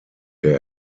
der